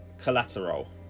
collateral